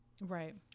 right